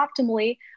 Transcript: optimally